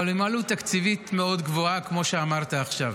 אבל עם עלות תקציבית מאוד גבוהה, כמו שאמרת עכשיו.